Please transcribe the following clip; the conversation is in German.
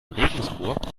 regensburg